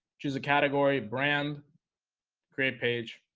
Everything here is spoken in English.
choose a category brand create page